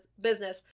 business